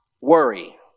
worry